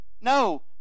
No